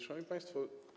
Szanowni Państwo!